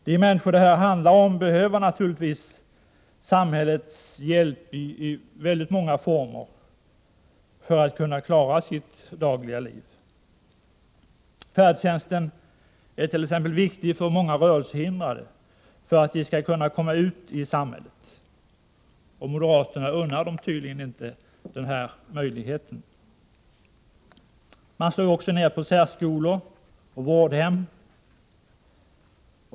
De människor det här handlar om behöver naturligtvis samhällets hjälp i väldigt många former för att klara sitt dagliga liv. Färdtjänsten är t.ex. viktig för många rörelsehindrade för att de skall kunna komma ut i samhället. Moderaterna unnar dem tydligen inte den möjligheten. Man slår ner på särskolor och vårdhem.